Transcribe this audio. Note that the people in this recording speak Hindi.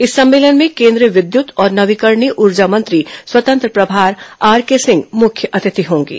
इस सम्मेलन में केंद्रीय विद्युत और नवीकरणीय ऊर्जा मंत्री स्वतंत्र प्रभार आरके सिंह मुख्य अतिथि होंगे